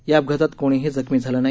या अपघातात कोणीही जखमी झालं नाही